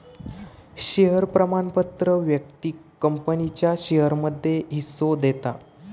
share प्रमाणपत्र व्यक्तिक कंपनीच्या शेयरमध्ये हिस्सो देता